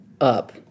up